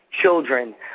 children